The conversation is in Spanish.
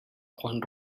juan